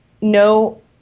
no